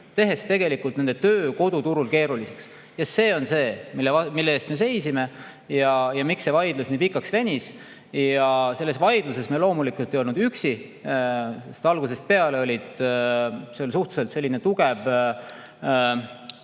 tehes tegelikult nende töö koduturul keeruliseks. See on see, mille eest me seisime, ja [põhjus], miks see vaidlus nii pikaks venis. Selles vaidluses me loomulikult ei olnud üksi. Algusest peale oli suhteliselt tugev